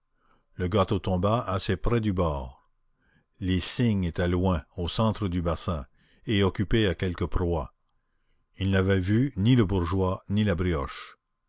le gâteau tomba assez près du bord les cygnes étaient loin au centre du bassin et occupés à quelque proie ils n'avaient vu ni le bourgeois ni la brioche